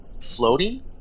Floating